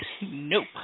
Nope